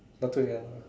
not too young